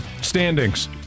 standings